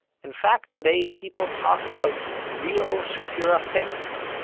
in fact, today people talk of real shapira fakes.